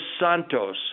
Santos